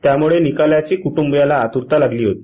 त्यामुळे निकालाची कुटुंबीयांना आतुरता लागली होती